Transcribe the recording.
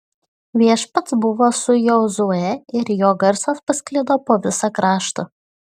viešpats buvo su jozue ir jo garsas pasklido po visą kraštą